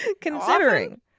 Considering